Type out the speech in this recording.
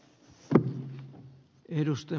arvoisa puhemies